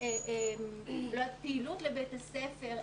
פעילות לבית הספר,